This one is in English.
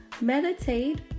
meditate